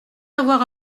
avoir